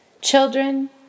children